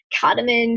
cardamom